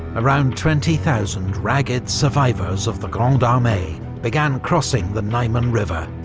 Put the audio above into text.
around twenty thousand ragged survivors of the grande armee began crossing the niemen river,